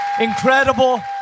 incredible